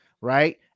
right